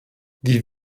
wie